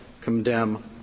condemn